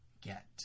get